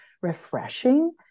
refreshing